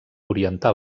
oriental